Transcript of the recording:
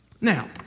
Now